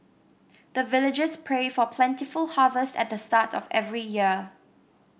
the villagers pray for plentiful harvest at the start of every year